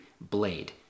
blade